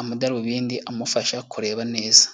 amadarubindi amufasha kureba neza.